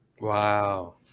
Wow